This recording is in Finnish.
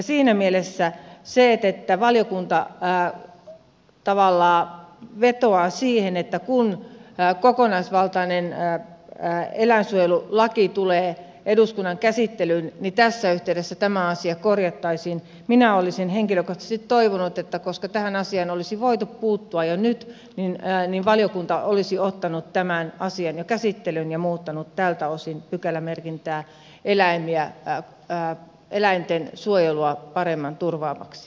siinä mielessä kun valiokunta tavallaan vetoaa siihen että kun kokonaisvaltainen eläinsuojelulaki tulee eduskunnan käsittelyyn niin tässä yhteydessä tämä asia korjattaisiin minä olisin henkilökohtaisesti toivonut että koska tähän asiaan olisi voitu puuttua jo nyt niin valiokunta olisi ottanut tämän asian jo käsittelyyn ja muuttanut tältä osin pykälämerkintää eläinten suojelua paremmin turvaavaksi